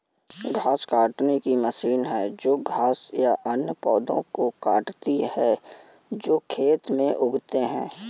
घास काटने की मशीन है जो घास या अन्य पौधों को काटती है जो खेत में उगते हैं